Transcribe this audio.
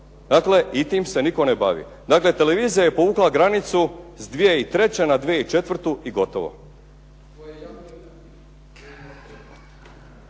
Dakle tim se nitko ne bavi. Dakle, televizija je povukla granicu sa 2003. na 2004. i gotovo.